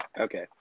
Okay